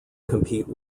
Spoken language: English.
compete